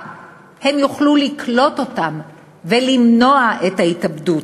הם יוכלו לקלוט אותם ולמנוע את ההתאבדות.